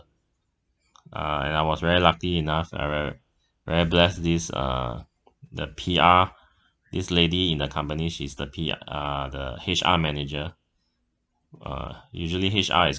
uh and I was very lucky enough and were very blessed this uh the P_R this lady in the company she's the P uh the H_R manager uh usually H_R is